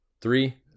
Three